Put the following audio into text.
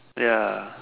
ya